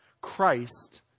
Christ